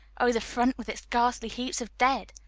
oh, the front, with its ghastly heaps of dead!